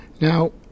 Now